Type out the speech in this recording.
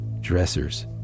Dressers